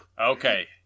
okay